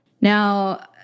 Now